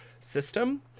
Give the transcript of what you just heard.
system